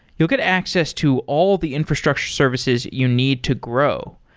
you'll get access to all the infrastructure services you need to grow.